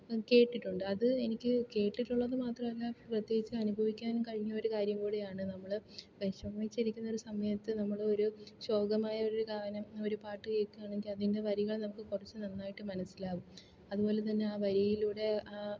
കേട്ടിട്ടുണ്ട് അത് എനിക്ക് കേട്ടിട്ടുള്ളത് മാത്രമല്ല പ്രത്യേകിച്ച് അനുഭവിക്കാൻ കഴിഞ്ഞ ഒരു കാര്യം കൂടിയാണ് നമ്മൾ വിഷമിച്ചിരിക്കുന്ന ഒരു സമയത്ത് നമ്മൾ ഒരു ശോകമായൊരു ഗാനം ഒരു പാട്ട് കേൾക്കുകയാണെങ്കിൽ അതിൻ്റെ വരികൾ നമുക്ക് കുറച്ച് നന്നായിട്ട് മനസ്സിലാകും അതുപോലെ തന്നെ ആ വരിയിലൂടെ ആ